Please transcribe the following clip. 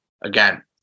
again